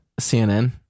CNN